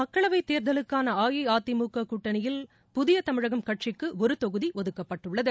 மக்களவைத்தேர்தலுக்கான அஇஅதிமுக கூட்டணியில் புதிய தமிழகம் கட்சிக்கு ஒரு தொகுதி ஒதுக்கப்பட்டுள்ளது